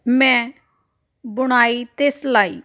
ਮੈਂ ਬੁਣਾਈ ਅਤੇ ਸਿਲਾਈ